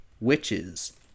witches